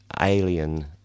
alien